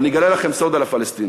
ואני אגלה לכם סוד על הפלסטינים: